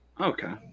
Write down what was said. Okay